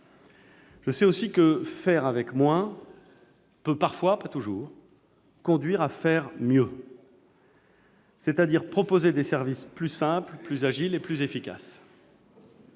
Je sais aussi que « faire avec moins » peut parfois- pas toujours ! -conduire à « faire mieux », c'est-à-dire à proposer des services plus simples, plus agiles et plus efficaces.